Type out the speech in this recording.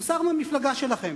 הוא שר במפלגה שלכם.